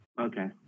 Okay